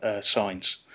signs